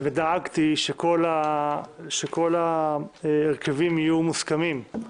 אני דאגתי שכל ההרכבים יהיו מוסכמים.